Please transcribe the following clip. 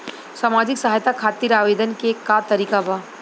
सामाजिक सहायता खातिर आवेदन के का तरीका बा?